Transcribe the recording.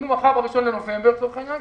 אם הוא מכר ב-1 בנובמבר לצורך העניין,